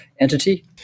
entity